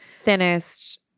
thinnest